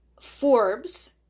Forbes